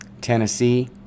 tennessee